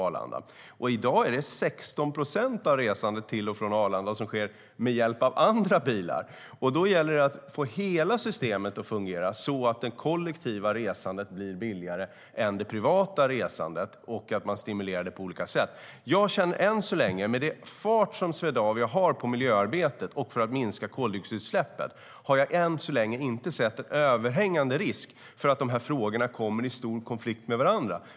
I dag är det 16 procent av resandet till och från Arlanda som sker med hjälp av andra bilar. Då gäller det att få hela systemet att fungera så att det kollektiva resandet blir billigare än det privata resandet och att man stimulerar det på olika sätt. Jag känner att med den fart som Swedavia har på miljöarbetet och för att minska koldioxidutsläppen har jag än så länge inte sett en överhängande risk för att de här frågorna kommer i stor konflikt med varandra.